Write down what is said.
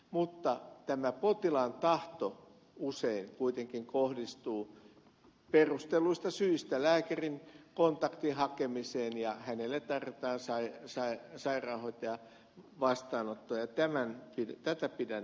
mutta potilaan tahto usein kuitenkin kohdistuu perustelluista syistä lääkärin kontaktin hakemiseen ja hänelle tarjotaan sairaanhoitajavastaanottoa ja tätä pidän ongelmallisena